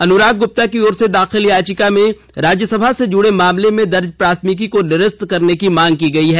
अनुराग गुप्ता की ओर से दाखिल याचिका में राज्यसभा से जुड़े मामले में दर्ज प्राथमिकी को निरस्त करने की मांग की गई है